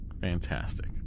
Fantastic